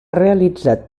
realitzat